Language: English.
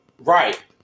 Right